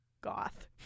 goth